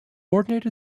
ordinate